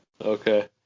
Okay